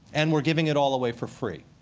and we're giving it all away for free.